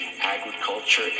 agriculture